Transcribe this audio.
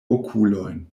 okulojn